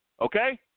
Okay